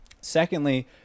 Secondly